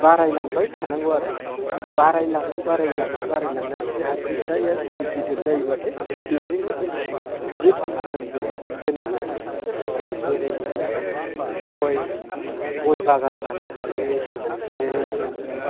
बारायलांबाय थानांगौ आरो जुदि बारायलाङै बारायलाङै बारायलांनानै जाहा फैसाया जुदि गिदिर जायोब्लाथाय बेजोंनो जोङो गिदिर बिजनेसबो होनो हायो जेरै गय गय बागान लानो हायो जेरै जोङो